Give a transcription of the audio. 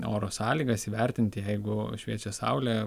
oro sąlygas įvertinti jeigu šviečia saulė